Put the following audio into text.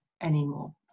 anymore